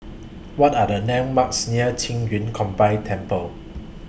What Are The landmarks near Qing Yun Combined Temple